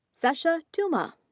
sesha tumma.